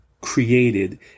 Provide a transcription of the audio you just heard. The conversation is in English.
created